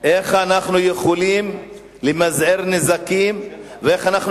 היא איך אנחנו יכולים למזער נזקים ואיך אנחנו